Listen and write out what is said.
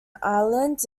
island